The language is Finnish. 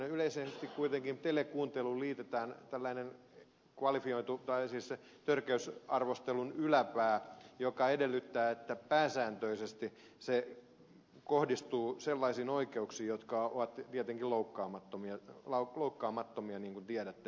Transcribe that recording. yleisesti kuitenkin telekuunteluun liitetään törkeysarvostelun yläpää joka edellyttää että pääsääntöisesti se kohdistuu sellaisiin oikeuksiin jotka ovat tietenkin loukkaamattomia niin kuin tiedätte